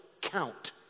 count